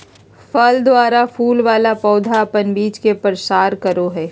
फल द्वारा फूल वाला पौधा अपन बीज के प्रसार करो हय